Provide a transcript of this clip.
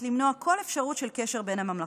למנוע כל אפשרות של קשר בין הממלכות.